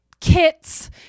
kits